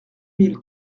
mille